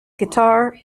guitar